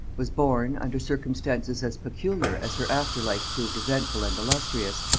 was born, under circumstances as peculiar as her after-life proved eventful and illustrious,